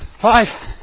five